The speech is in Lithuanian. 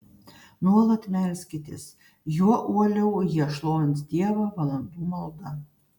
nuolat melskitės juo uoliau jie šlovins dievą valandų malda